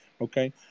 Okay